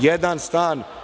jedan stan. Vama